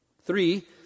Three